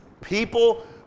People